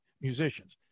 musicians